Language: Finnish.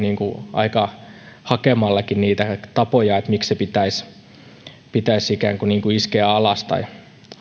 aika hakemallakin niitä tapoja miksi se pitäisi ikään kuin iskeä alas tai